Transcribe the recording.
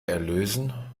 erlösen